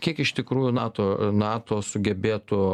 kiek iš tikrųjų nato nato sugebėtų